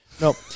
nope